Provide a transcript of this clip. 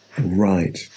Right